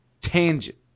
tangent